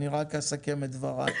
אני רק אסכם את דבריי.